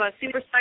Super